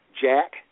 Jack